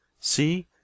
See